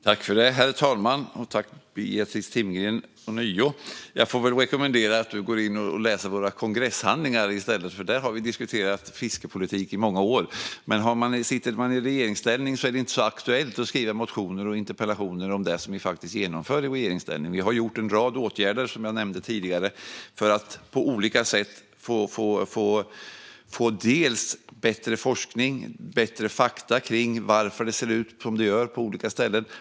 Herr talman! Tack ånyo, Beatrice Timgren, för frågan! Jag får väl rekommendera dig att gå in och läsa våra kongresshandlingar i stället, för där har vi diskuterat fiskeripolitik i många år. Om man sitter i regeringsställning är det inte så aktuellt att skriva motioner och interpellationer om det som vi faktiskt genomför i regeringsställning. Vi har vidtagit en rad åtgärder, som jag nämnde tidigare, för att på olika sätt få bättre forskning och bättre fakta när det gäller varför det ser ut som det gör på olika ställen.